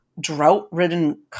drought-ridden